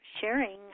sharing